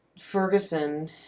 Ferguson